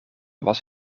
was